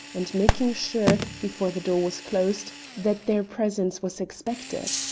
and making sure, before the door was closed, that their presence was expected.